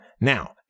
Now